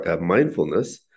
mindfulness